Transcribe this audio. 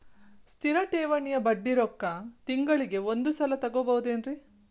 ಸ್ಥಿರ ಠೇವಣಿಯ ಬಡ್ಡಿ ರೊಕ್ಕ ತಿಂಗಳಿಗೆ ಒಂದು ಸಲ ತಗೊಬಹುದೆನ್ರಿ?